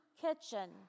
kitchen